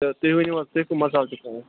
تہٕ تُہۍ ؤنیُو حظ تُہۍ کٔم مسال چھُو تھاوان